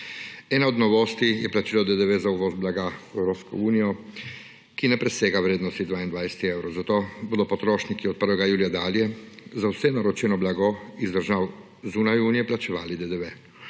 Ena od novosti je plačilo DDV za uvoz blaga v Evropsko unijo, ki ne presega vrednosti 22 evrov, zato bodo potrošniki od 1. julija dalje za vse naročeno blago iz držav zunaj Unije plačevali DDV.